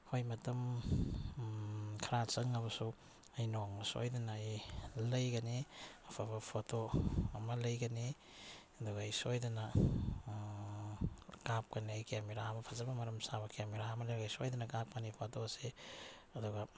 ꯍꯣꯏ ꯃꯇꯝ ꯈꯔ ꯆꯪꯉꯕꯁꯨ ꯑꯩ ꯅꯣꯡꯃ ꯁꯣꯏꯗꯅ ꯑꯩ ꯂꯩꯒꯅꯤ ꯑꯐꯕ ꯐꯣꯇꯣ ꯑꯃ ꯂꯩꯒꯅꯤ ꯑꯗꯨꯒ ꯑꯩ ꯁꯣꯏꯗꯅ ꯀꯥꯞꯀꯅꯤ ꯑꯩ ꯀꯦꯃꯦꯔꯥ ꯑꯃ ꯐꯖꯅ ꯃꯔꯝ ꯆꯥꯕ ꯀꯦꯃꯦꯔꯥ ꯑꯃ ꯂꯩꯔꯒ ꯁꯣꯏꯗꯅ ꯀꯥꯞꯀꯅꯤ ꯐꯣꯇꯣꯁꯦ ꯑꯗꯨꯒ